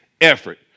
effort